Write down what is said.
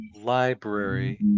library